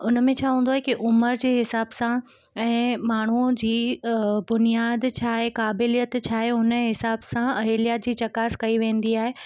हुन में छा हूंदो आहे की उमिरि जे हिसाब सां ऐं माण्हूअ जी बुनियाद छा आहे काबिलियत छा आहे उन जे हिसाब सां अहिल्या जी चकास कई वेंदी आहे